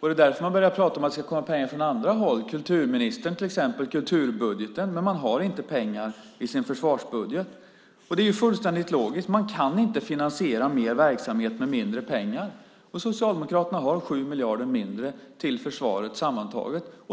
Det är därför man börjar prata om att det ska komma pengar från andra håll. Det pratas till exempel om kulturministern och kulturbudgeten. Ni har inte pengar i er försvarsbudget. Det är fullständigt logiskt. Man kan inte finansiera mer verksamhet med mindre pengar, och Socialdemokraterna har 7 miljarder mindre till försvaret sammantaget.